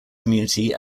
community